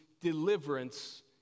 deliverance